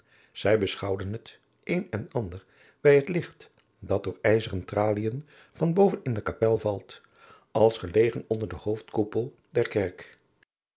zij beschouwden het een en ander bij het licht dat door ijzeren tralien van boven in de kapel valt als gelegen onder den hoofdkoepel der kerk